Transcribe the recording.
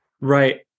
Right